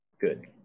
good